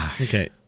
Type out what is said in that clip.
Okay